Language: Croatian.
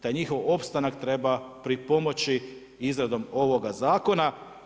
Taj njihov opstanak treba pripomoći izradom ovoga zakona.